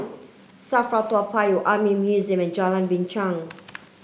SAFRA Toa Payoh Army Museum and Jalan Binchang